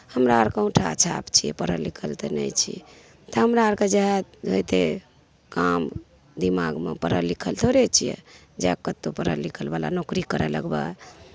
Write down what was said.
हमरा आओरके औँठा छाप छिए पढ़ल लिखल तऽ नहि छिए तऽ हमरा आओरके जएह होतै काम दिमागमे पढ़ल लिखल थोड़े छिए जे कतहु पढ़ल लिखलवला नोकरी करै लागबै